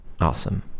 awesome